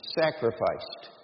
sacrificed